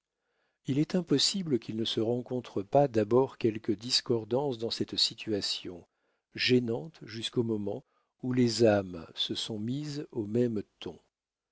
il est impossible qu'il ne se rencontre pas d'abord quelques discordances dans cette situation gênante jusqu'au moment où les âmes se sont mises au même ton